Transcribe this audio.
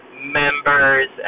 members